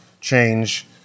change